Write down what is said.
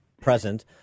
present